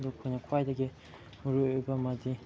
ꯈ꯭ꯋꯥꯏꯗꯒꯤ ꯃꯔꯨ ꯑꯣꯏꯕ ꯑꯃꯗꯤ